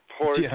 Poor